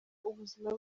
ubuzima